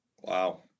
Wow